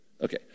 Okay